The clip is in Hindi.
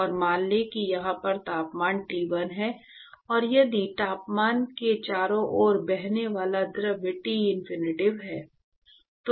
और मान लें कि यहां का तापमान T1 है और यदि तापमान के चारों ओर बहने वाला द्रव टिनफिनिटी है